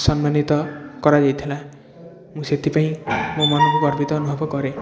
ସମ୍ମାନିତ କରାଯାଇଥିଲା ମୁଁ ସେଥିପାଇଁ ମୋ ମନକୁ ଗର୍ବିତ ଅନୁଭବ କରେ